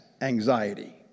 anxiety